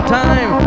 time